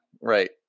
right